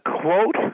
quote